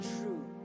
true